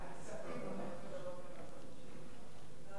ההצעה להעביר את הנושא לוועדת הכספים